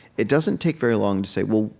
it doesn't take very long to say well,